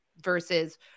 versus